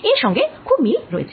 এর সঙ্গে খুব মিল রয়েছে